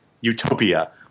utopia